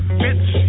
bitch